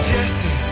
Jesse